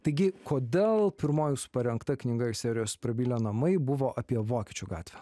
taigi kodėl pirmoji jūsų parengta knyga iš serijos prabilę namai buvo apie vokiečių gatvę